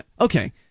okay